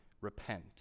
repent